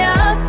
up